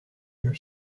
your